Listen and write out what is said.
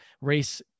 race